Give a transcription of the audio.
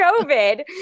COVID